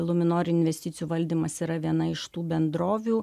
luminor investicijų valdymas yra viena iš tų bendrovių